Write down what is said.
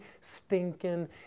stinking